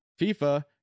FIFA